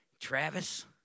Travis